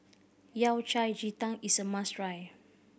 Yao Cai ji tang is a must try